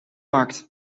markt